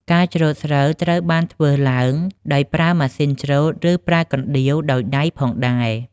ការច្រូតស្រូវត្រូវបានធ្វើឡើងដោយប្រើម៉ាស៊ីនច្រូត ឬប្រើកណ្តៀវដោយដៃផងដែរ។